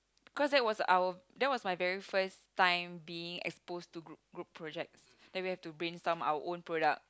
cause that was our that was my very first time being exposed to group group project that we have to brainstorm our own product